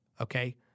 okay